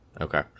Okay